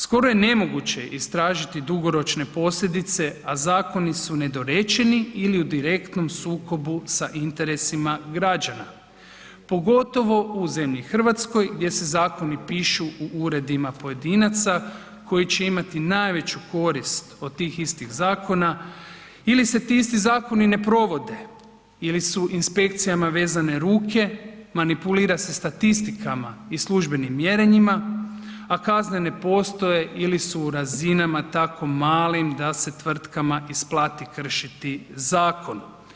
Skoro je nemoguće istražiti dugoročne posljedice, a zakoni su nedorečeni ili u direktnom sukobu sa interesima građana, pogotovo u zemlji RH gdje se zakoni pišu u uredima pojedinaca koji će imati najveću korist od tih istih zakona ili se ti isti zakoni ne provode ili su inspekcijama vezane ruke, manipulira se statistikama i službenim mjerenjima, a kazne ne postoje ili su u razinama tako malim da se tvrtkama isplati kršiti zakon.